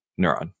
neuron